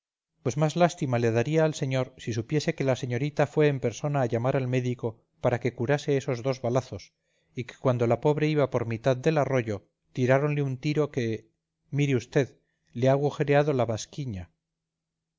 pues más lástima le daría al señor si supiese que la señorita fue en persona a llamar al médico para que curase esos dos balazos y que cuando la pobre iba por mitad del arroyo tiráronle un tiro que mire usted le ha agujereado la